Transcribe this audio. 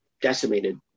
decimated